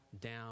down